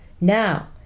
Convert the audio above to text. Now